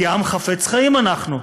כי עם חפץ חיים אנחנו: